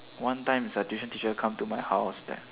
one time is the tuition teacher come to my house